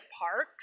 parks